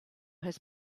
his